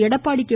Edappadi K